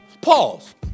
Pause